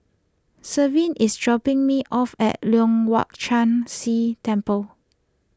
Shelvie is dropping me off at Leong Hwa Chan Si Temple